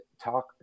talk